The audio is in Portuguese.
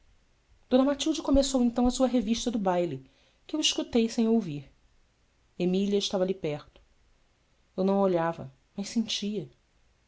d matilde começou então a sua revista do baile que eu escutei sem ouvir emília estava ali perto eu não a olhava mas sentia